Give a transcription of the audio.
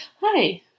Hi